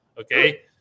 okay